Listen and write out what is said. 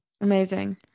amazing